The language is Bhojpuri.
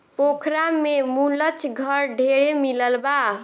पोखरा में मुलच घर ढेरे मिलल बा